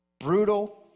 brutal